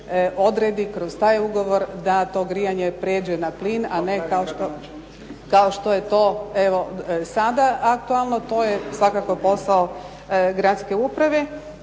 odredi kroz taj ugovor da to grijanje prijeđe na plin, a ne kao što je to, evo sada aktualno. To je svakako posao gradske uprave.